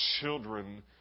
children